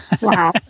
Wow